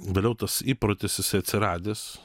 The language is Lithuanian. vėliau tas įprotis jisai atsiradęs